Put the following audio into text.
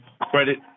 credit